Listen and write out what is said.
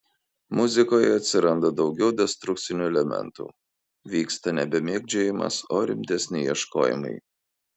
muzikoje atsiranda daugiau destrukcinių elementų vyksta nebe mėgdžiojimas o rimtesni ieškojimai